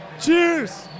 Cheers